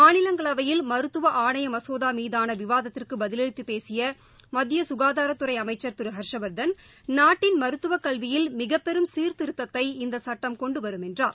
மாநிலங்களவையில் மருத்துவ ஆணைய மசோதா மீதான விவாதத்திற்கு பதிலளித்து பேசிய மத்திய சுகாதாரத்துறை அமைச்சர் திரு ஹர்ஷவர்தன் நாட்டின் மருத்துவக் கல்வியில் மிகப்பெரும் சீர்திருத்தத்தை இந்த சட்டம் கொண்டு வரும் என்றார்